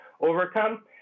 overcome